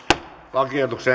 lakiehdotuksen